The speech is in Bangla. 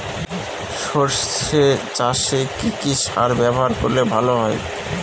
সর্ষে চাসে কি কি সার ব্যবহার করলে ভালো হয়?